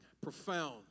profound